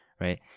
right